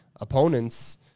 opponents –